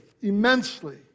immensely